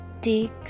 take